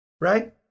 right